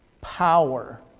power